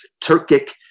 Turkic